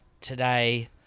today